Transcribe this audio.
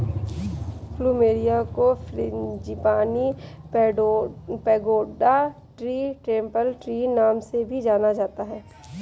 plumeria को frangipani, pagoda tree, temple tree नाम से भी जाना जाता है